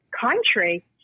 country